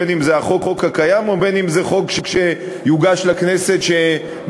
בין אם זה החוק הקיים ובין אם זה חוק שיוגש לכנסת שמשנֶה,